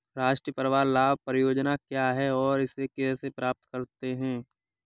राष्ट्रीय परिवार लाभ परियोजना क्या है और इसे कैसे प्राप्त करते हैं?